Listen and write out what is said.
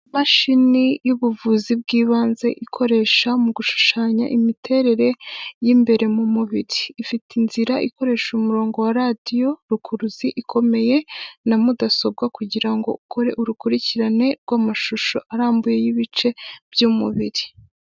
Imashini yubuvuzi bwibanze ikoresha mu gushushanya imiterere y'imbere mu mubiri ifite inzira ikoresha umurongo wa radiyo rukuruzi ikomeye na mudasobwa, kugira ngo ukore urukurikirane rw'amashusho arambuye y'ibice by'umubiri.